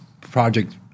project